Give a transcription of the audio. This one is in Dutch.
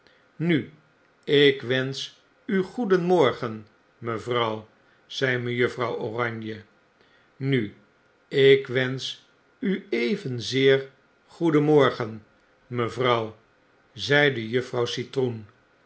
nu ik wensch u goedenmorgen mevrouw zei mejuffrouw oranje nu ik wensch u evenzeer goedenmorgen mevrouw zei juffrouw citroen